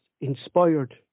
inspired